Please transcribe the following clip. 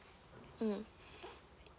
mm